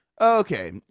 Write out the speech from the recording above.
Okay